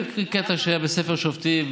תן לי להקריא קטע שהיה בספר שופטים,